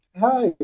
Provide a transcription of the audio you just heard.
Hi